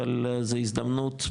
אבל זו הזדמנות,